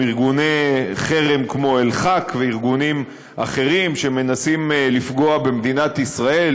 עם ארגוני חרם כמו אל-חאק וארגונים אחרים שמנסים לפגוע במדינת ישראל,